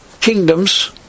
kingdoms